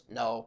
no